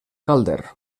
calder